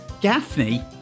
Gaffney